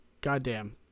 goddamn